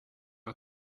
our